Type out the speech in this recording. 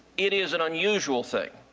it is an unusual thing,